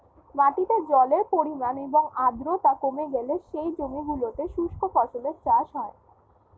মাটিতে জলের পরিমাণ এবং আর্দ্রতা কমে গেলে সেই জমিগুলোতে শুষ্ক ফসলের চাষ হয়